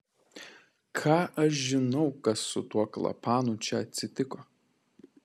ką aš žinau kas su tuo klapanu čia atsitiko